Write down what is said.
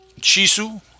Chisu